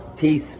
peace